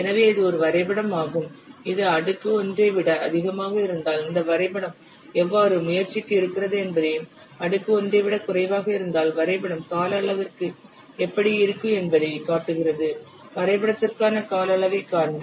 எனவே இது ஒரு வரைபடமாகும் இது அடுக்கு 1 ஐ விட அதிகமாக இருந்தால் இந்த வரைபடம் எவ்வாறு முயற்சிக்கு இருக்கிறது என்பதையும் அடுக்கு 1 ஐ விடக் குறைவாக இருந்தால் வரைபடம் கால அளவிற்கு எப்படி இருக்கும் என்பதைக் காட்டுகிறது வரைபடத்திற்கான கால அளவைக் காண்க